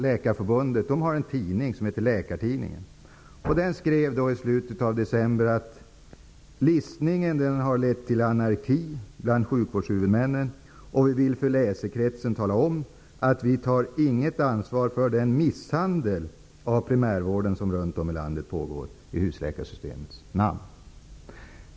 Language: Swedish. I förbundets tidning Läkartidningen skrevs i slutet av december att listningen har lett till anarki bland sjukvårdshuvudmännen. Tidningen talade om för läsekretsen att man inte tar något ansvar för den misshandel av primärvården som pågår runt om i landet i husläkarsystemets namn.